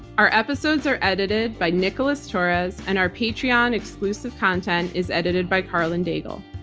our episodes are edited by nicholas torres, and our patreon exclusive content is edited by karlyn daigle.